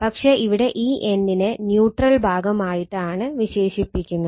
പക്ഷെ ഇവിടെ ഈ n നെ ന്യൂട്രൽ ഭാഗം ആയിട്ടാണ് വിശേഷിപ്പിക്കുന്നത്